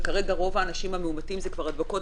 וכרגע רוב האנשים המאומתים זה כבר הדבקות